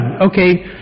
Okay